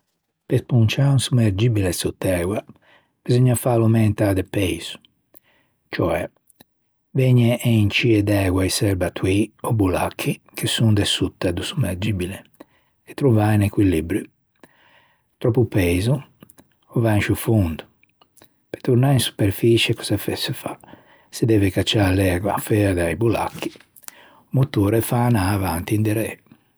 Pe sponciâ un somergibile sott'ægua beseugna fâlo aomentâ de peiso cioè vëgnan encî d'ægua i serbatoî ò bollacchi che son de sotta do sommergibile e trovâ un equilibrio. Tròppo peiso, o va in sciô fondo. Pe tornâ in superfiçie cöse se fa? Se deve cacciâ l'ægua feua da-i bollacchi. O motore o fa anâ avanti e inderê.